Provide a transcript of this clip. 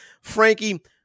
Frankie